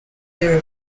their